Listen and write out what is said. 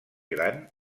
gran